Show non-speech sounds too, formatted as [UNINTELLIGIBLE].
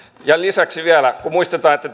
ja lisäksi vielä muistetaan että [UNINTELLIGIBLE]